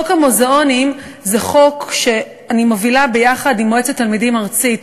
חוק המוזיאונים זה חוק שאני מובילה ביחד עם מועצת התלמידים הארצית.